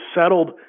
settled